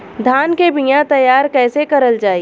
धान के बीया तैयार कैसे करल जाई?